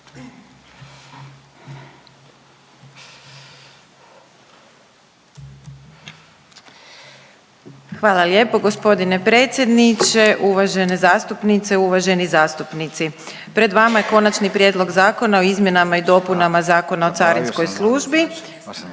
Hvala lijepo gospodine predsjedniče, uvažene zastupnice, uvaženi zastupnici. Pred vama je Konačni prijedlog zakona o izmjenama i dopunama Zakona o carinskoj službi.